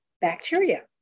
bacteria